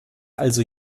also